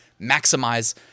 maximize